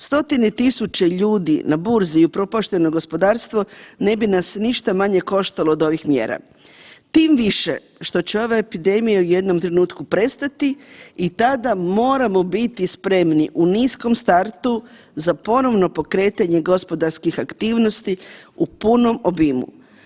100-tine tisuća ljudi na burzi i upropašteno gospodarstvo ne bi nas ništa manje koštalo od ovih mjera tim više što će ova epidemija u jednom trenutku prestati i tada moramo biti spremni u niskom startu za ponovno pokretanje gospodarskih aktivnosti u punom obimu.